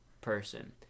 person